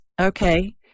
Okay